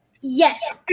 Yes